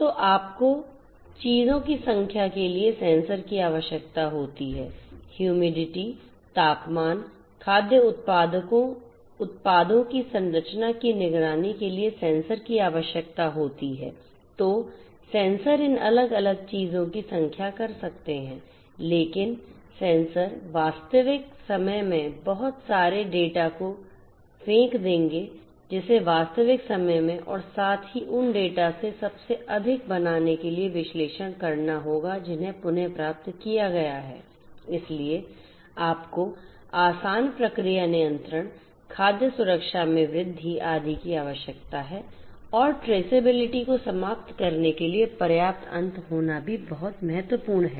तो आपको चीजों की संख्या के लिए सेंसर की आवश्यकता होती है हियुमिडिटी को समाप्त करने के लिए पर्याप्त अंत होना भी बहुत महत्वपूर्ण है